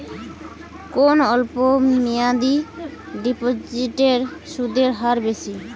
কোন অল্প মেয়াদি ডিপোজিটের সুদের হার বেশি?